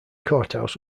courthouse